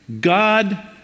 God